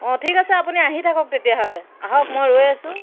অঁ ঠিক আছে আপুনি আহি থাকক তেতিয়াহ'লে আহক মই ৰৈ আছো